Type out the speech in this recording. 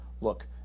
Look